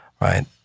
right